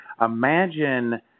Imagine –